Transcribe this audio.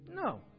No